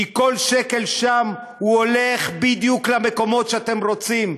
כי כל שקל שם הולך בדיוק למקומות שאתם רוצים,